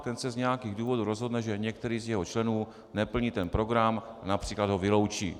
Ten se z nějakých důvodů rozhodne, že některý z jeho členů neplní ten program, a například ho vyloučí.